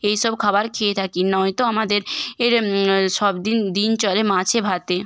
এই সব খাবার খেয়ে থাকি নয়তো আমাদের এর সব দিন দিন চলে মাছে ভাতে